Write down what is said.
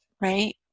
right